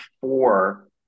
four